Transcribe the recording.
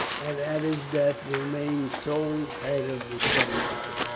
and at his death remained sole head of the subtribe,